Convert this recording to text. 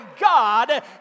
God